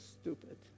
stupid